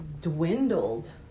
dwindled